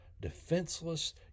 defenseless